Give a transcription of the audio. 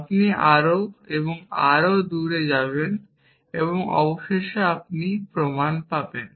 আপনি আরও এবং আরও দূরে যাবেন এবং অবশেষে আপনি প্রমাণ পাবেন